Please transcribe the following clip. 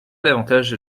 l’avantage